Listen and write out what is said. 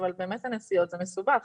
אבל באמת עניין הנסיעות זה מסובך.